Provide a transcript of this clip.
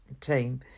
team